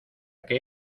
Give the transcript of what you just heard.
que